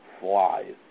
flies